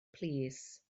plîs